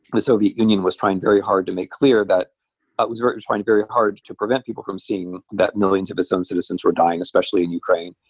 the soviet union was trying very hard to make clear that. ah it was very trying very hard to prevent people from seeing that millions of its own citizens were dying, especially in ukraine.